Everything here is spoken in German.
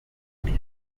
die